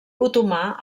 otomà